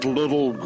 little